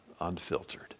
unfiltered